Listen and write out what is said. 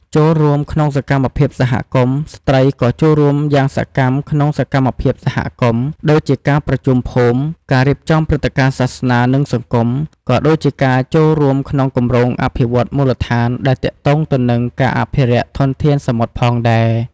ចូលរួមក្នុងសកម្មភាពសហគមន៍ ស្ត្រីក៏ចូលរួមយ៉ាងសកម្មក្នុងសកម្មភាពសហគមន៍ ដូចជាការប្រជុំភូមិ ការរៀបចំព្រឹត្តិការណ៍សាសនា និងសង្គម ក៏ដូចជាការចូលរួមក្នុងគម្រោងអភិវឌ្ឍន៍មូលដ្ឋានដែលទាក់ទងទៅនឹងការអភិរក្សធនធានសមុទ្រផងដែរ។